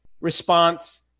response